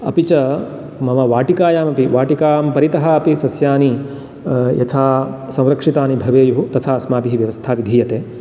अपि च मम वाटिकायामपि वाटिकाम् परितः अपि सस्यानि यथा संरक्षितानि भवेयुः तथा अस्माभिः व्यवस्था विधीयते